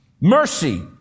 mercy